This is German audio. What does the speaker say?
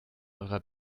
eurer